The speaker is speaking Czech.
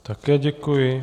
Také děkuji.